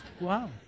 Wow